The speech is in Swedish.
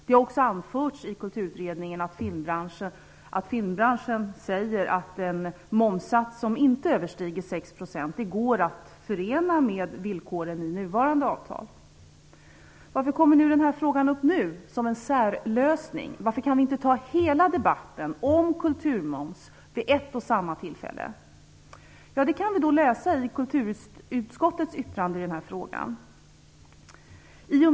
Det anförs också i Kulturutredningen att filmbranschen säger att en momssats som inte överstiger 6 % går att förena med villkoren i nuvarande avtal. Varför kommer då den här frågan upp nu som en särlösning? Varför kan vi inte ta hela debatten om kulturmoms vid ett och samma tillfälle? Jo, det kan vi läsa oss till i kulturutskottets yttrande i denna fråga.